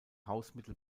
hausmittel